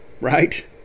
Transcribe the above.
Right